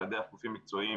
אלא דרך גופים מקצועיים